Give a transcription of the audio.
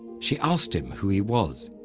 she asked him who he was,